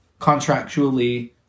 contractually